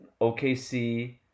okc